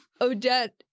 Odette